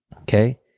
Okay